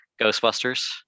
Ghostbusters